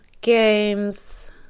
games